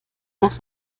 nach